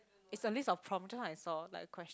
it's a list of prompts just now I saw like quest~